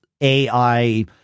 AI